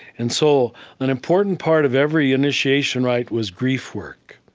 and so an important part of every initiation rite was grief work,